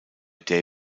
day